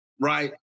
right